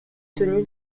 tenu